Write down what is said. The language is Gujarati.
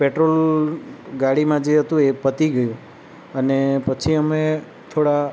પેટ્રોલ ગાડીમાં જે હતું એ પતી ગયું અને પછી અમે થોડા